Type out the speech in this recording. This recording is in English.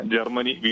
Germany